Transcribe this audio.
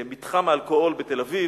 במתחם האלכוהול בתל-אביב,